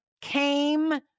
came